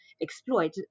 exploit